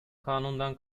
kanundan